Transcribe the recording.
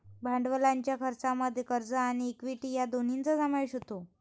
भांडवलाच्या खर्चामध्ये कर्ज आणि इक्विटी या दोन्हींचा समावेश होतो